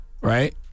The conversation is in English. right